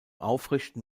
aufrichten